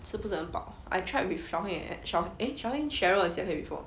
吃不是很饱 I tried with xiao hui xiao hui eh xiao hui 跟 cheryl and xian hui before